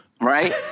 right